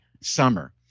summer